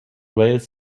wales